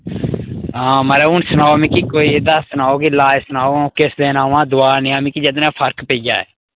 हां महाराज हून सनाओ मिकी कोई दस एह्दा सनाओ कि लाज सनाओ आऊं किस दिन आमां दोआ नेहा मिगी जेह्दे ने फर्क पेई जाए